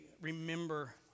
remember